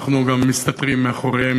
אנחנו גם מסתתרים מאחוריהן,